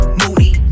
moody